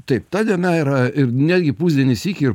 taip ta diena yra ir netgi pusdienį sykį ir